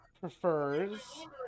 prefers